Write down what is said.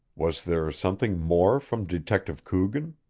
was there something more from detective coogan?